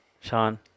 Sean